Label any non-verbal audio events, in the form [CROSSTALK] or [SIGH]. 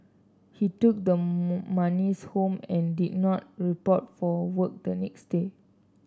he took the [UNINTELLIGIBLE] monies home and did not report for work the next day